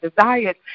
desires